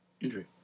injury